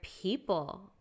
people